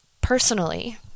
personally